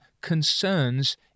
concerns